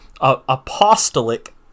apostolic